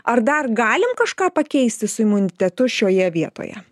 ar dar galim kažką pakeisti su imunitetu šioje vietoje